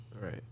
Right